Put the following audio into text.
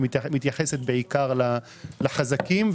שמתייחסת בעיקר לחזקים,